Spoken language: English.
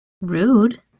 Rude